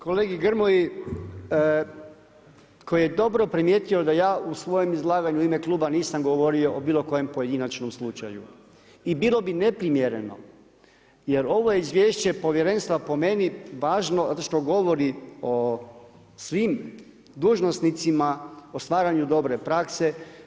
Kolegi Grmoji koji je dobro primijetio da ja u svojem izlaganju u ime kluba nisam govorio o bilo kojem pojedinačnom slučaju i bilo bi neprimjereno, jer ovo je izvješće povjerenstva po meni važno zato što govori o svim dužnosnicima o stvaranju dobre prakse.